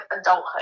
adulthood